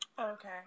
Okay